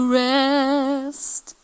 rest